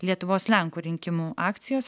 lietuvos lenkų rinkimų akcijos